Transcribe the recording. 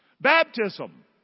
Baptism